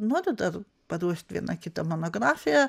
noriu dar paruošt vieną kitą monografiją